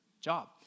job